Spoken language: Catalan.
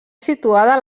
situada